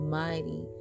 mighty